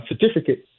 certificate